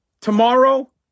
Tomorrow